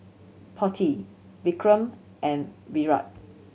Potti Vikram and Virat